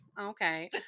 okay